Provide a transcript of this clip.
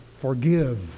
Forgive